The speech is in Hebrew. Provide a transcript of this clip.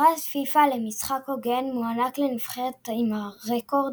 פרס פיפ"א למשחק הוגן מוענק לנבחרת עם הרקורד